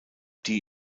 die